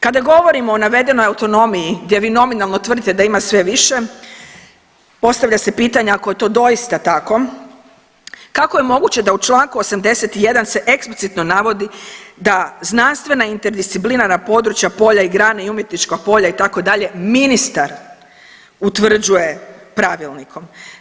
Kada govorimo o navedenoj autonomiji gdje vi nominalno tvrdite da ima sve više postavlja se pitanje ako je to doista tako kako je moguće da u članku 81. se eksplicitno navodi da znanstvena interdisciplinarna područja polja i grane i umjetnička polja itd. ministar utvrđuje pravilnikom.